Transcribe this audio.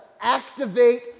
activate